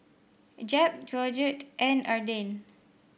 Jeb Georgette and Arden